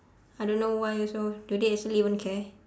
I don't know why also do they actually even care